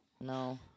No